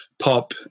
pop